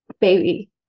baby